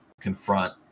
confront